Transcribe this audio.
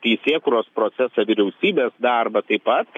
teisėkūros procesą vyriausybės darbą taip pat